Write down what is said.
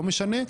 לא משנה,